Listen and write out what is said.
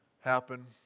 happen